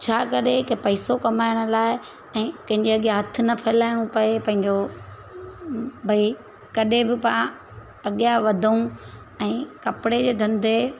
छा कॾहिं की पैसो कमाइण लाइ ऐं कंहिंजे अॻियां हथ न फैलाइणो पए पंहिंजो भई कॾहिं बि पाण अॻियां वधूं ऐं कपिड़े जे धंधे